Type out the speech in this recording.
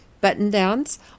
button-downs